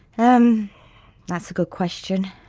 um that's a good question,